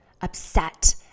upset